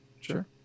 sure